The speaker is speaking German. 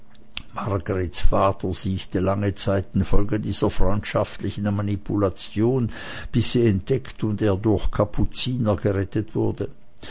siechte lange zeit infolge dieser freundschaftlichen manipulation bis sie entdeckt und er durch kapuziner gerettet wurde